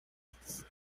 yes